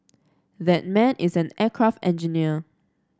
that man is an aircraft engineer